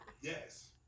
yes